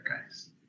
guys